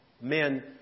Men